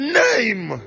name